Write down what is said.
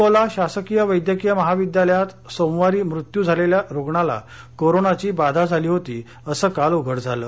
अकोला शासकीय वैद्यकीय महाविद्यालयात सोमवारी मृत्यू झालेल्या रुग्णाला कोरोनाची बाधा झाली होती असं काल उघड झालं